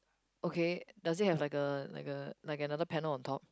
okay does it have like a like a like another panel on top